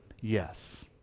yes